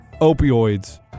opioids